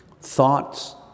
Thoughts